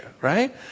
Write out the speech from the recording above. right